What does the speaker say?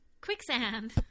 Quicksand